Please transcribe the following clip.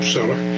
Seller